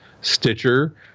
Stitcher